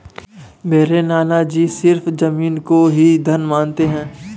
मेरे नाना जी सिर्फ जमीन को ही धन मानते हैं